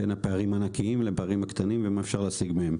בין הפערים הענקיים לפערים הקטנים ומה אפשר להשיג מהם.